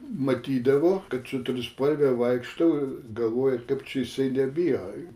matydavo kad su trispalve vaikštau ir galvoja kaip čia jisai nebijo